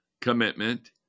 commitment